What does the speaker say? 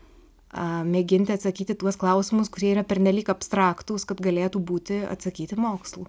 mėginti atsakyti tuos klausimus kurie yra pernelyg abstraktūs kad galėtų būti atsakyti mokslu